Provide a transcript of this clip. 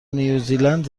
نیوزلند